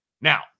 Now